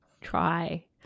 try